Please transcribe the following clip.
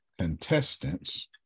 contestants